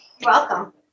Welcome